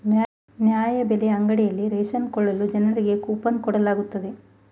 ನ್ಯಾಯಬೆಲೆ ಅಂಗಡಿಯಲ್ಲಿ ರೇಷನ್ ಕೊಳ್ಳಲು ಜನರಿಗೆ ಕೋಪನ್ ಕೊಡಲಾಗುತ್ತದೆ